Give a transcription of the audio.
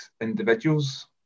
individuals